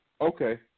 Okay